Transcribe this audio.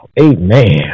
amen